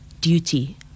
duty